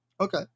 Okay